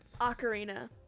Ocarina